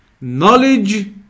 Knowledge